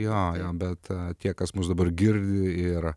jo jo bet tie kas mus dabar girdi ir